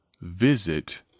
visit